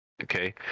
Okay